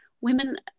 women